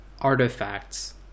artifacts